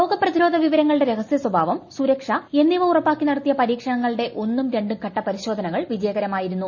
രോഗപ്രതിരോധവിവരങ്ങളുടെ രഹസ്യസ്ഥഭാവം സുരക്ഷ എന്നിവ ഉറപ്പാക്കി നടത്തിയ പരീക്ഷണങ്ങളുടെ ഒന്നും രണ്ടും ഘട്ട പരിശോധനകൾ വിജയകരമായിരുന്നു